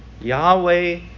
Yahweh